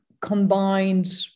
combined